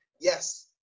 Yes